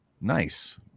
nice